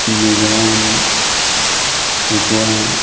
Mizoram Tripura